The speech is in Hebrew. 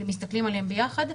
מסתכלים עליהם ביחד,